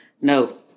no